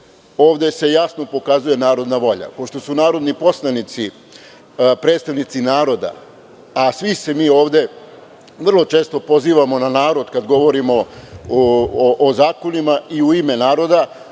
ovde se jasno pokazuje narodna volja. Pošto su narodni poslanici, predstavnici naroda, a svi se mi ovde vrlo često pozivamo na narod kada govorimo o zakonima i u ime naroda